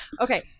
okay